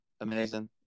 amazing